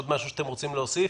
יש עוד דבר שאתם רוצים להוסיף?